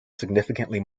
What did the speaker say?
significantly